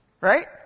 Right